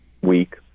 week